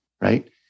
right